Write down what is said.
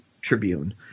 Tribune